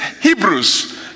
Hebrews